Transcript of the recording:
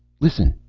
listen.